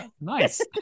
Nice